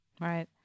Right